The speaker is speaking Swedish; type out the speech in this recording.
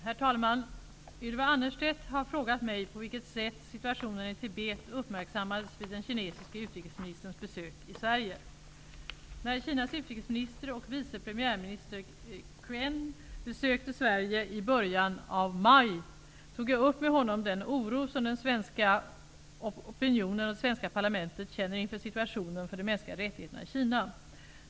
Herr talman! Ylva Annerstedt har frågat mig på vilket sätt situationen i Tibet uppmärksammades vid den kinesiske utrikesministerns besök i Sverige. Qian besökte Sverige i början av maj tog jag upp med honom den oro som den svenska opinionen och det svenska parlamentet känner inför situationen för de mänskliga rättigheterna i Kina.